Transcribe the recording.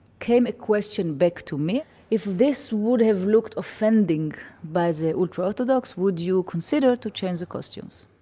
came a question back to me if this would have looked offending by the ultra orthodox, would you consider to change the costumes?